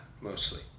mostly